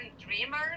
dreamer